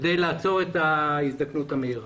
כדי לעצור את ההזדקנות המהירה.